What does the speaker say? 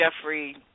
Jeffrey